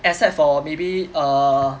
except for maybe err